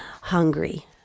hungry